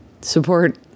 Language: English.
Support